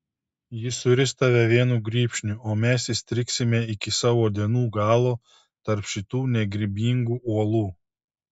jis suris tave vienu grybšniu o mes įstrigsime iki savo dienų galo tarp šitų negrybingų uolų